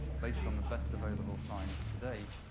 based on the best available science today.